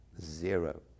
zero